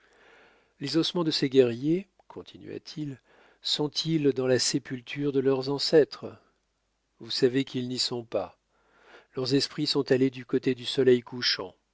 les ossements de ces guerriers continua-t-il sont-ils dans la sépulture de leurs ancêtres vous savez qu'ils n'y sont pas leurs esprits sont allés du côté du soleil couchant